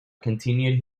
continued